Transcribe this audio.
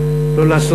לא להיכנע למשבר,